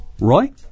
Roy